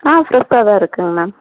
ஆ பிரெஷ்ஷாக தான் இருக்குங்க மேம்